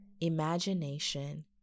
imagination